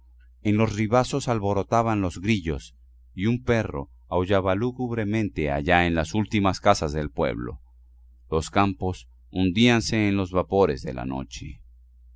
en los ribazos alborotaban los grillos y un perro aullaba lúgubremente allá en las últimas casas del pueblo los campos hundíanse en los vapores de la noche